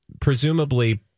presumably